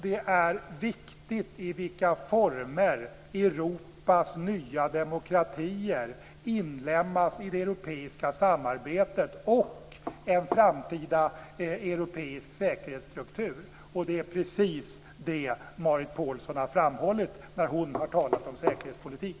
Det är viktigt i vilka former Europas nya demokratier inlemmas i det europeiska samarbetet och en framtida europeisk säkerhetsstruktur. Det är precis det Marit Paulsen har framhållit när hon har talat om säkerhetspolitik.